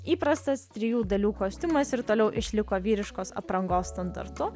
įprastas trijų dalių kostiumas ir toliau išliko vyriškos aprangos standartu